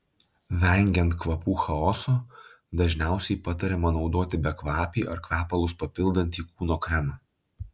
vengiant kvapų chaoso dažniausiai patariama naudoti bekvapį ar kvepalus papildantį kūno kremą